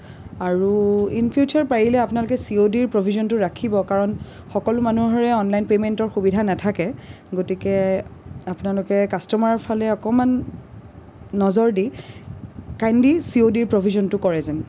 আৰু in future পাৰিলে আপোনালোকে চি অ' ডিৰ প্ৰভিজনটো ৰাখিব কাৰণ সকলো মানুহৰে অনলাইন পেমেণ্টৰ সুবিধা নাথাকে গতিকে আপোনালোকে কাষ্টমাৰৰ ফালে অকণমান নজৰ দি কাইণ্ডলি চি অ' ডিৰ প্ৰভিজনটো কৰে যেন